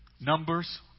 Numbers